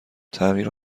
تعمیر